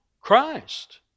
Christ